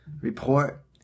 Report